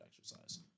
exercise